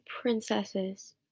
princesses